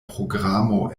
programo